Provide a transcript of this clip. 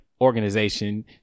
organization